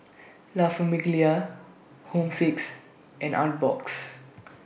La Famiglia Home Fix and Artbox